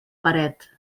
paret